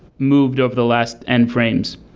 moved over the last end frames?